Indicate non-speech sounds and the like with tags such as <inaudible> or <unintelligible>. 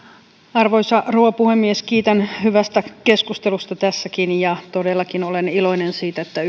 arvoisa rouva puhemies kiitän hyvästä keskustelusta tässäkin todellakin olen iloinen siitä että <unintelligible>